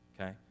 Okay